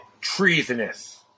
treasonous